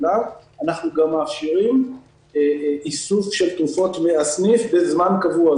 אנחנו גם מאפשרים איסוף של תרופות מן הסניף בזמן קבוע.